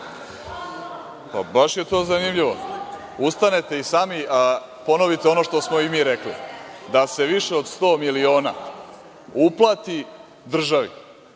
Baš je to zanimljivo, ustanete i sami ponovite ono što smo i mi rekli, da se više od sto miliona uplati državi,